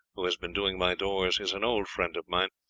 who has been doing my doors, is an old friend of mine,